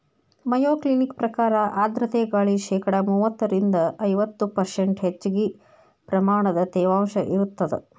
Mayo Clinic ಪ್ರಕಾರ ಆರ್ಧ್ರತೆ ಗಾಳಿ ಶೇಕಡಾ ಮೂವತ್ತರಿಂದ ಐವತ್ತು ಪರ್ಷ್ಂಟ್ ಹೆಚ್ಚಗಿ ಪ್ರಮಾಣದ ತೇವಾಂಶ ಇರತ್ತದ